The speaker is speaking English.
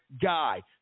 guy